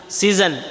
season